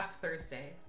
Thursday